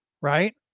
Right